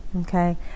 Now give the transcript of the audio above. Okay